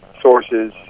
sources